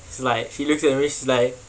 it's like she looks at me she's like